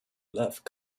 love